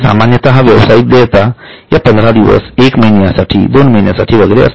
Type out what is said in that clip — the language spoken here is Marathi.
सामान्यत व्यवसायिक देयता या 15 दिवस 1 महिन्यासाठी 2 महिन्यासाठी वगैरे असतात